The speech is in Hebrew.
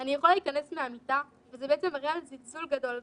אני יכולה להיכנס מהמיטה וזה בעצם מראה על זלזול גדול מהזום.